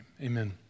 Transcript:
Amen